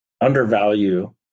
undervalue